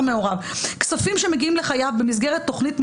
מעורב: "כספים שמגיעים לחייב במסגרת תכנית ממשלתית".